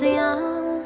young